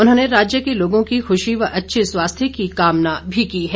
उन्होंने राज्य के लोगों की खुशी व अच्छे स्वास्थ्य की कामना भी की है